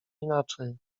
inaczej